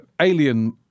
alien